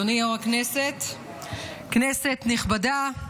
אדוני יו"ר הישיבה, כנסת נכבדה,